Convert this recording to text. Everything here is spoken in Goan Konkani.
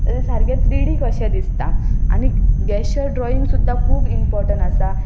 सारकें अशें थ्रीडी कशें दिसता आनी गॅश्चर ड्रॉइंग सुद्दां खूब इमपोर्टंट आसा